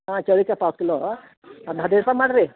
ಹಾಂ ಚೌಳಿಕಾಯಿ ಪಾವು ಕಿಲೋ ಒಂದು ಹದಿನೈದು ರೂಪಾಯಿ ಮಾಡಿರಿ